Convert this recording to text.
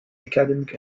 academic